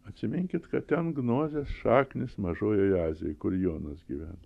atsiminkit kad ten gnozės šaknys mažojoje azijoj kur jonas gyvena